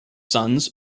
sons